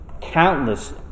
countless